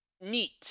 neat